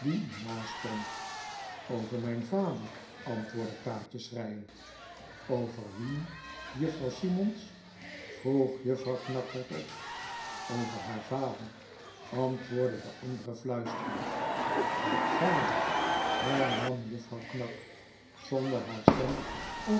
u nastond over mijn vader antwoordde kaatje schreiend over wien juffrouw simmonds vroeg juffrouw knag hardop over haar vader antwoordde de andere fluisterend haar vader hernam juffrouw knag zonder haar stem